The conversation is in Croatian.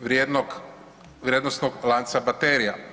vrijednog, vrijednosnog lanca baterija.